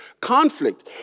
conflict